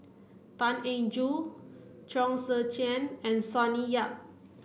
Tan Eng Joo Chong Tze Chien and Sonny Yap